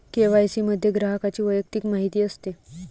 KYC मध्ये ग्राहकाची वैयक्तिक माहिती असते